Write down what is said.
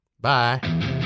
Bye